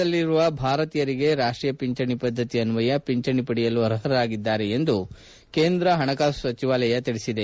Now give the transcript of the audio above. ಹೊರದೇಶದಲ್ಲಿರುವ ಭಾರತೀಯರಿಗೆ ರಾಷ್ಷೀಯ ಪಿಂಚಣಿ ಪದ್ದತಿ ಅನ್ವಯ ಪಿಂಚಣಿ ಪಡೆಯಲು ಅರ್ಹರಾಗಿದ್ದಾರೆ ಎಂದು ಕೇಂದ್ರ ಹಣಕಾಸು ಸಚಿವಾಲಯ ತಿಳಿಸಿದೆ